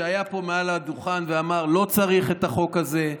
שהיה פה מעל הדוכן ואמר: לא צריך את החוק הזה.